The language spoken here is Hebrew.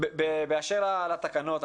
באשר לתקנות.